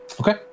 okay